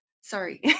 Sorry